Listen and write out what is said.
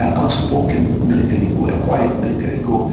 an unspoken military coup, a quiet military coup.